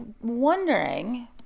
wondering